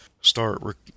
start